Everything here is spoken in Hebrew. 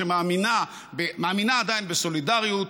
שמאמינה עדיין בסולידריות,